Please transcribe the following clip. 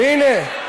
והנה,